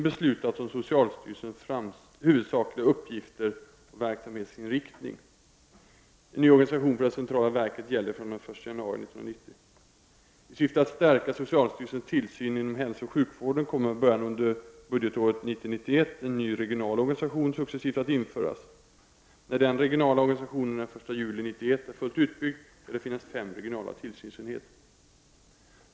I syfte att stärka socialstyrelsens tillsyn inom hälsooch sjukvården kommer, med början under budgetåret 1990/91, en ny regional organisation successivt att införas. När den regionala organisationen den 1 juli 1991 är fullt utbyggd skall det finnas fem regionala tillsynsenheter.